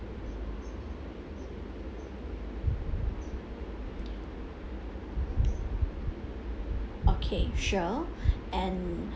okay sure and